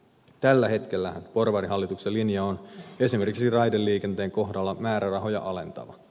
tällä hetkellähän porvarihallituksen linja on esimerkiksi raideliikenteen kohdalla määrärahoja alentava